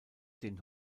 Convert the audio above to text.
den